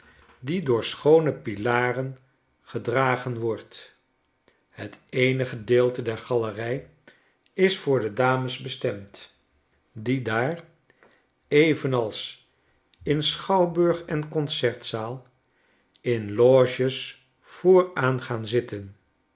die door schoone pilaren gedragen wordt het eene gedeelte der galerij is voor de dames bestemd die daar evenals in schouwburg en concertzaal in loges vooraan gaan zitten